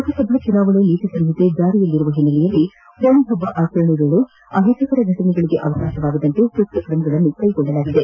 ಲೋಕಸಭಾ ಚುನಾವಣೆ ನೀತಿ ಸಂಹಿತೆ ಜಾರಿಯಲ್ಲಿರುವ ಹಿನ್ನೆಲೆಯಲ್ಲಿ ಹೋಳಿಹಬ್ಬ ಆಚರಣೆ ವೇಳೆ ಅಹಿತಕರ ಘಟನೆಗಳಿಗೆ ಅವಕಾಶವಾಗದಂತೆ ಸೂಕ್ತ ಕ್ರಮಗಳನ್ನು ಕೈಗೊಳ್ಳಲಾಗಿದೆ